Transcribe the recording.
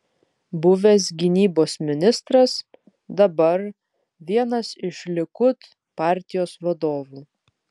buvęs gynybos ministras dabar vienas iš likud partijos vadovų